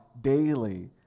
daily